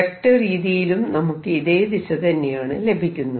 vector രീതിയിലും നമുക്ക് ഇതേ ദിശതന്നെയാണ് ലഭിക്കുന്നത്